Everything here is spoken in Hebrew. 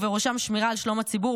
ובראשם שמירה על שלום הציבור,